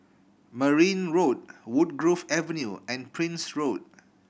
Merryn Road Woodgrove Avenue and Prince Road